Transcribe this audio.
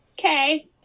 Okay